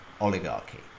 oligarchy